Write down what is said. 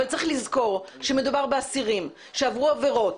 אבל צריך לזכור שמדובר באסירים שעברו עבירות